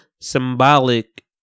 symbolic